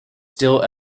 still